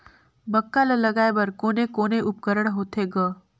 मक्का ला लगाय बर कोने कोने उपकरण होथे ग?